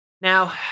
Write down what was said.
Now